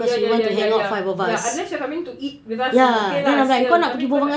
ya ya ya ya ya ya unless you're coming to eat with us then okay lah it's clear tapi kau